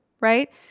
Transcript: right